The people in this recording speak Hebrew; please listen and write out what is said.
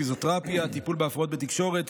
פיזיותרפיה,